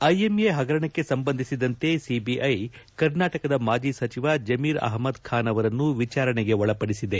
IMA ಹಗರಣಕ್ಕೆ ಸಂಬಂಧಿಸಿದಂತೆ CBI ಕರ್ನಾಟಕದ ಮಾಜಿ ಸಚಿವ ಜಮೀರ್ ಆಹ್ಮದ್ ಖಾನ್ ಅವರನ್ನು ವಿಚಾರಣೆಗೊಳಪಡಿಸಿದೆ